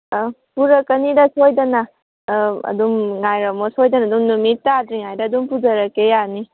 ꯑꯥ ꯄꯨꯔꯛꯀꯅꯤꯗ ꯁꯣꯏꯗꯅ ꯑꯗꯨꯝ ꯉꯥꯏꯔꯝꯃꯣ ꯁꯣꯏꯗꯅ ꯑꯗꯨꯝ ꯅꯨꯃꯤꯠ ꯇꯥꯗ꯭ꯔꯤꯉꯩꯗ ꯑꯗꯨꯝ ꯄꯨꯔꯖꯔꯛꯀꯦ ꯌꯥꯅꯤ